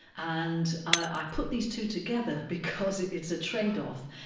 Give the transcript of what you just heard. and i put these two together because it's a trade-off,